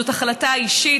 זאת החלטה אישית,